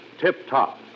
tip-top